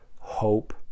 hope